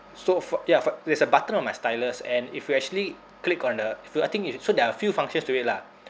so fo~ ya fo~ there's a button on my stylus and if you actually click on the if you I think is so there are a few functions to it lah